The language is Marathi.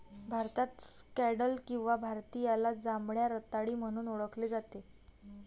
भारतात स्कँडल किंवा भारतीयाला जांभळ्या रताळी म्हणून ओळखले जाते